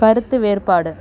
கருத்து வேறுபாடு